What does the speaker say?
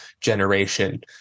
generation